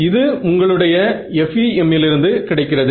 இது உங்களுடைய FEM லிருந்து கிடைக்கிறது